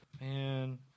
Man